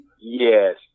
Yes